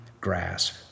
grasp